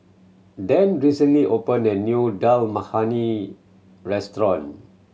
Dan recently open a new Dal Makhani Restaurant